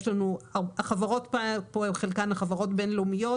חלק מהחברות הן בין-לאומיות,